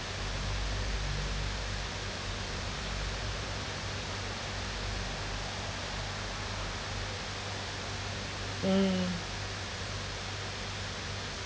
mm